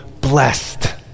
blessed